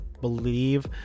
believe